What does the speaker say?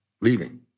Leaving